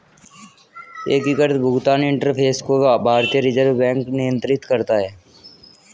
एकीकृत भुगतान इंटरफ़ेस को भारतीय रिजर्व बैंक नियंत्रित करता है